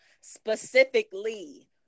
specifically